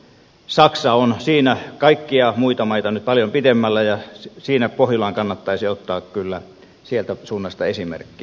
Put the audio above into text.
saksa on siinä nyt kaikkia muita maita paljon pidemmällä ja siinä pohjolan kannattaisi ottaa kyllä sieltä suunnasta esimerkkiä